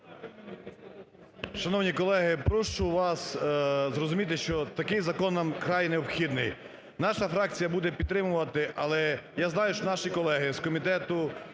Шановні колеги, прошу вас зрозуміти, що такий закон нам вкрай необхідний, наша фракція буде підтримувати. Але я знаю, що наші колеги з комітету